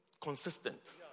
consistent